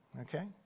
Okay